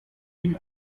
ihm